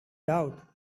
doubt